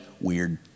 weird